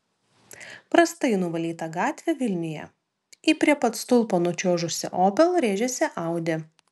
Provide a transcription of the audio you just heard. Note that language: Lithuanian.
prastai nuvalyta gatvė vilniuje į prie pat stulpo nučiuožusį opel rėžėsi audi